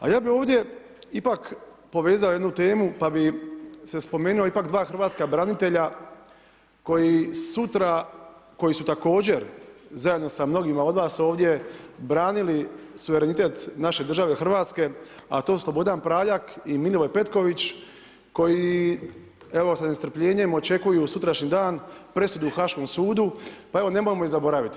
A ja bi ovdje ipak povezao jednu temu pa bi se spomenuo ipak dva hrvatska branitelja koji su također zajedno sa mnogima od vas ovdje branili suverenitet naše države Hrvatske a to je Slobodan Praljak i Milivoj Petković koji sa nestrpljenjem očekuju sutrašnji dan, presudu u haškom sudu, pa evo nemojmo ih zaboraviti.